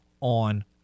on